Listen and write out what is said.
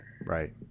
Right